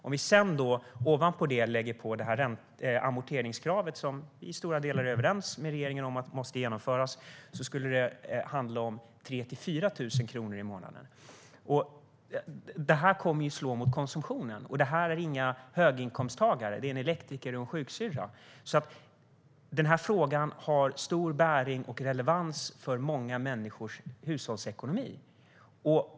Om vi ovanpå det lägger amorteringskravet, som vi i stora delar är överens med regeringen om måste genomföras, handlar det om 3 000-4 000 kronor i månaden. Detta kommer att slå mot konsumtionen. Det här är inga höginkomsttagare - det är en elektriker och en sjuksyrra. Frågan har alltså stor bäring och relevans för många människors hushållsekonomi.